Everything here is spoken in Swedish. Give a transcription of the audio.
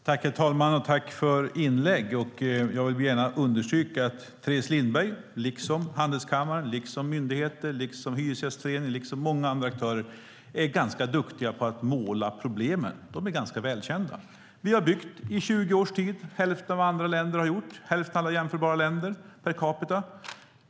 Herr talman! Tack för inläggen! Jag vill gärna understryka att Teres Lindberg liksom Handelskammaren, myndigheter, Hyresgästföreningen och många andra aktörer är duktiga på att måla problemen. De är ganska välkända. Vi har i 20 års tid byggt hälften av vad andra jämförbara länder har gjort per capita.